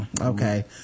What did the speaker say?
okay